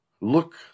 look